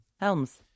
Helms